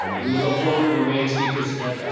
um we will go forward. the remaining speakers,